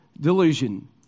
delusion